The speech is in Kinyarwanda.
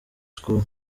school